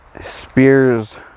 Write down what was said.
spears